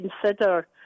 consider